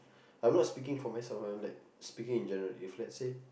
I'm not speaking for myself ah I'm like speaking in general if let's say